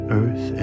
earth